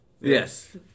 Yes